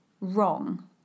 wrong